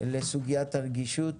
לסוגיית הרגישות.